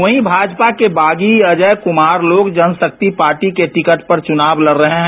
वहीं भाजपा के बागी अजय कुमार लोक जनशक्ति पार्टी के टिकट पर चुनाव लड रहे हैं